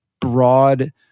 Broad